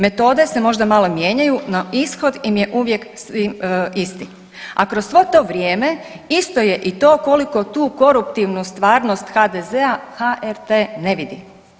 Metode se možda malo mijenjaju, no ishod im je uvijek isto, a kroz svo to vrijeme isto je i to koliko tu koruptivnu stvarnost HDZ-a HRT ne vidi.